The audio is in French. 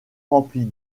remplis